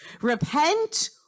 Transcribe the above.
Repent